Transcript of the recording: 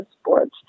sports